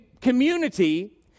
community